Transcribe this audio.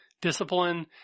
discipline